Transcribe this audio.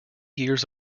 years